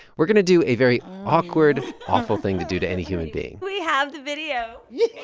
we're going to do a very awkward, awful thing to do to any human being we have the video yeah